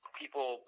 people